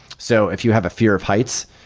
so if you have a fear of heights,